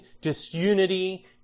disunity